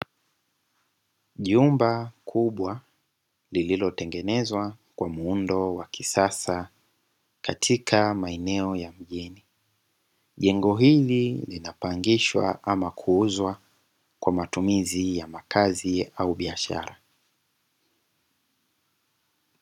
Jumba kubwa lililotengenezwa kwa muundo wa kisasa katika maeneo ya mjini. Jengo hili linapangishwa ama kuuzwa kwa matumizi ya makazi au biashara.